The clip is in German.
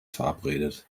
verabredet